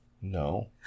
No